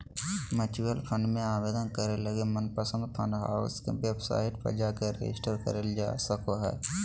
mutual fund मे आवेदन करे लगी मनपसंद फंड हाउस के वेबसाइट पर जाके रेजिस्टर करल जा सको हय